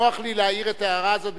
נוח לי להעיר את ההערה הזאת,